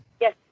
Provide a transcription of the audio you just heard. Yes